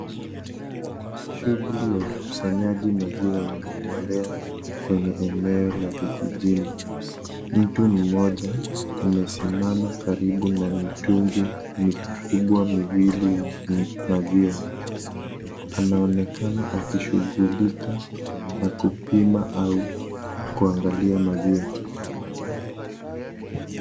Shughuli ya ukusanyaji maziwa inaendelea kwenye eneo la vijijini. Mtu mmoja amesimama karibu na mitungi mikubwa miwili ya maziwa. Anaonekana akishughulika na kupima au kuangalia maziwa.